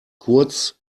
kurz